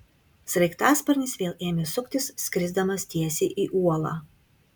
sraigtasparnis vėl ėmė suktis skrisdamas tiesiai į uolą